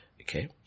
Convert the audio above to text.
Okay